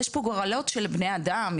יש פה גורלות של בני אדם,